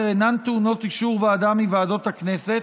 אינן טעונות אישור ועדה מוועדות הכנסת,